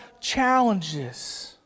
challenges